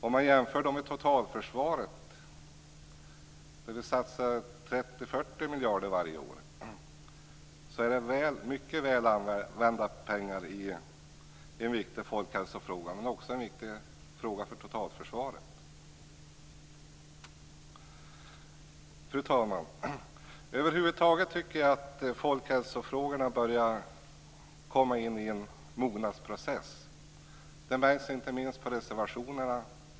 Om man jämför detta med totalförsvaret, där vi satsar 30-40 miljarder kronor varje år, är det mycket väl använda pengar i en viktig folkhälsofråga. Detta är ju också en viktig fråga för totalförsvaret. Fru talman! Över huvud taget tycker jag att folkhälsofrågorna börjar komma in i en mognadsprocess. Det märks inte minst på reservationerna.